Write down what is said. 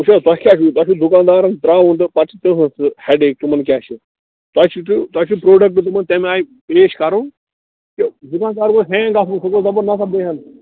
وُچھُو حظ تۄہہِ کیٛاہ چھُو تۄہہِ چھُ دُکانٛدارَن ترٛاوُن تہٕ پَتہٕ چھِ تٔہٕنٛز سُہ ہٮ۪ڈہیک تِمَن کیٛاہ چھُ تۄہہِ چھُ دیُو تۄہہِ چھُو پرٛوڈَکٹہٕ تمَن تَمہِ آیہِ پیش کَرُن کہِ دُکانٛدار گوٚژھ ہینٛگ گژھُن سُہ گوٚژھ دَپُن نہَ سا بہٕ ہٮ۪مہٕ